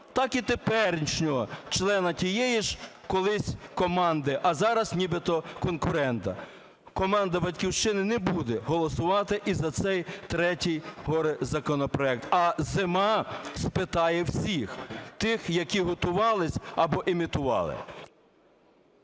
так і теперішнього члена тієї ж колись команди, а зараз нібито конкурента. Команда "Батьківщини" не буде голосувати і за цей третій горе-законопроект, а зима спитає всіх тих, які готувались або імітували.